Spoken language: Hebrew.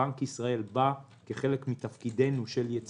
בנק ישראל בא כחלק מתפקידנו -- ק